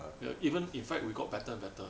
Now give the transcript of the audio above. ya even in fact we got better and better